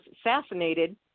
assassinated